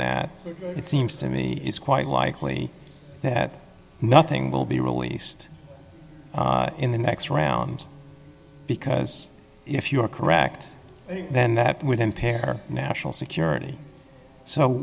it seems to me is quite likely that nothing will be released in the next round because if you are correct then that would impair national security so